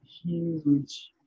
huge